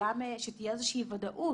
שתהיה איזושהי ודאות,